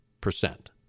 percent